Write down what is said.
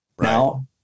now